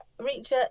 Reacher